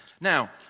Now